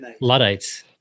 Luddites